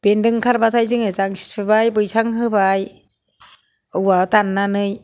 बेन्दों ओंखारबाथाय जोङो जांसि थुबाय बैसां होबाय औवा दाननानै